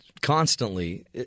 constantly